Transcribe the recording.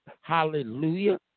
Hallelujah